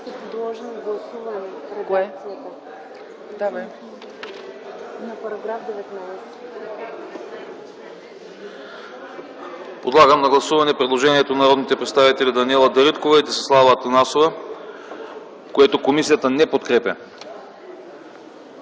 Подлагам на гласуване предложението на народните представители Даниела Давидкова и Десислава Атанасова, което комисията не подкрепя.